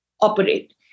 operate